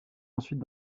ensuite